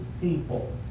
people